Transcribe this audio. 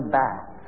back